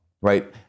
right